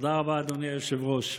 תודה רבה, אדוני היושב-ראש.